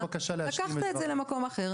לקחת את זה למקום אחר.